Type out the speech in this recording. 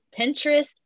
Pinterest